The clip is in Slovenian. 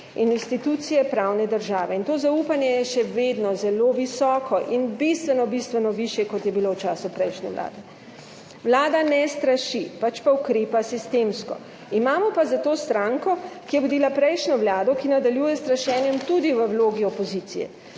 in institucije pravne države in to zaupanje je še vedno zelo visoko in bistveno višje, kot je bilo v času prejšnje vlade. Vlada ne straši, pač pa ukrepa sistemsko. Imamo pa zato stranko, ki je vodila prejšnjo vlado, ki nadaljuje s strašenjem tudi v vlogi opozicije.